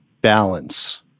balance